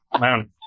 Man